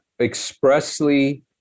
expressly